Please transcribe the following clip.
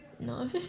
No